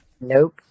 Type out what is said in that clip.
Nope